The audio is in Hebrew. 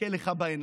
ומסתכל לך בעיניים,